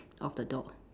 of the door